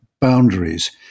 boundaries